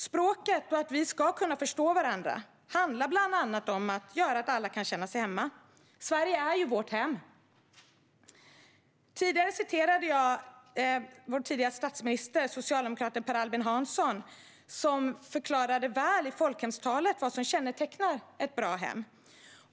Språket och att vi ska kunna förstå varandra handlar bland annat om att alla kan känna sig hemma. Sverige är ju vårt hem. Tidigare citerade jag vår tidigare statsminister, socialdemokraten Per Albin Hansson. I sitt folkhemstal förklarade han vad som kännetecknar ett bra hem.